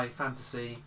fantasy